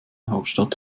hauptstadt